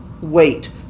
wait